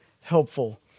helpful